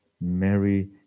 Mary